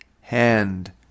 hand